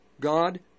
God